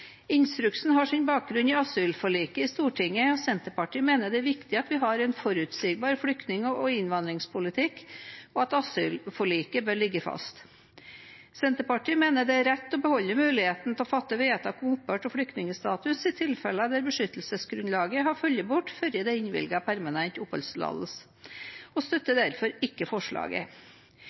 Instruksen har sin bakgrunn i asylforliket i Stortinget, og Senterpartiet mener det er viktig at vi har en forutsigbar flyktning- og innvandringspolitikk, og at asylforliket bør ligge fast. Senterpartiet mener det er riktig å beholde muligheten til å fatte vedtak om opphør av flyktningstatus i tilfeller der beskyttelsesgrunnlaget har falt bort før det er innvilget permanent oppholdstillatelse, og støtter derfor ikke forslaget.